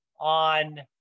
on